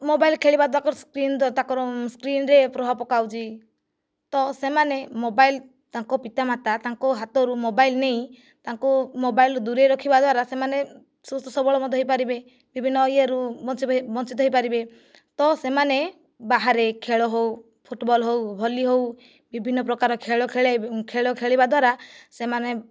mobile ଖେଳିବା ତାକର screen ତାଙ୍କର ସ୍କ୍ରିନରେ ପ୍ରଭାବ ପକାଉଛି ତ ସେମାନେ ମୋବାଇଲ୍ ତାଙ୍କ ପିତାମାତା ତାଙ୍କ ହାତରୁ ମୋବାଇଲ୍ ନେଇ ତାଙ୍କୁ ମୋବାଇଲରୁ ଦୁରେଇ ରଖିବା ଦ୍ୱାରା ସେମାନେ ସୁସ୍ଥ ସବଳ ମଧ୍ୟ ହୋଇପାରିବେ ବିଭିନ୍ନ ଇଏରୁ ବଞ୍ଚିବେ ବଞ୍ଚିତ ହୋଇପାରିବେ ତ ସେମାନେ ବାହାରେ ଖେଳ ହେଉ ଫୁଟବଲ ହେଉ ଭଲି ହେଉ ବିଭିନ୍ନ ପ୍ରକାର ଖେଳ ଖେଳେ ଖେଳ ଖେଳିବା ଦ୍ୱାରା ସେମାନେ